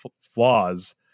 flaws